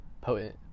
potent